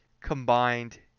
combined